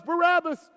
Barabbas